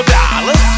dollars